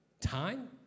Time